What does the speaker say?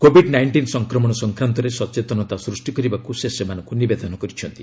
Covid nineteen ସଂକ୍ରମଣ ସଂକ୍ରାନ୍ତରେ ସଚେତନତା ସୃଷ୍ଟି କରିବାକୁ ସେ ସେମାନଙ୍କୁ ନିବେଦନ କରିଛନ୍ତି